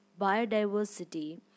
biodiversity